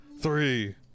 three